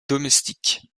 domestiques